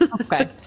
okay